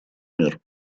мер